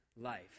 life